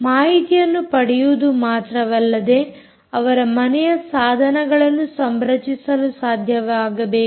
ಮಾಹಿತಿಯನ್ನು ಪಡೆಯುವುದು ಮಾತ್ರವಲ್ಲದೆ ಅವರ ಮನೆಯ ಸಾಧನಗಳನ್ನು ಸಂರಚಿಸಲು ಸಾಧ್ಯವಾಗಬೇಕು